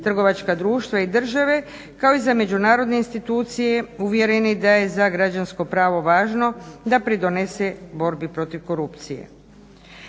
trgovačka društva i države, kao i za međunarodne institucije, uvjereni da je za građansko pravo važno da pridonese borbi protiv korupcije.